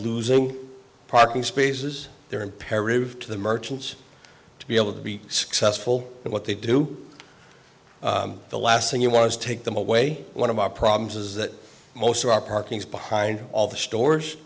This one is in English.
losing parking spaces they're imperative to the merchants to be able to be successful in what they do the last thing you want to take them away one of our problems is that most of our parking is behind all the stores